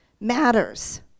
matters